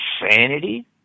insanity